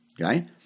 okay